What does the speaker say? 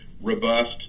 robust